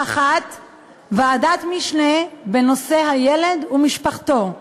האחת היא ועדת משנה בנושא הילד ומשפחתו,